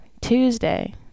Tuesday